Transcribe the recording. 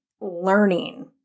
learning